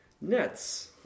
nets